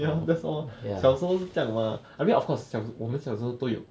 ya that's all 小时候是这样 mah I mean of course 小时候我们小时候都有